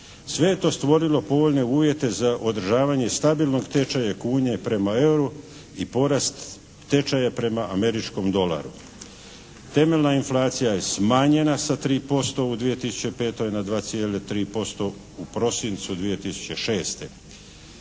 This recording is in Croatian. Sve je to stvorilo povoljne uvjete za održavanje stabilnog tečaja kune prema euru i porast tečaja prema američkom dolaru. Temeljna inflacija je smanjena sa 3% u 2005. na 2,3% u prosincu 2006.